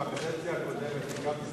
בקדנציה הקודמת וגם,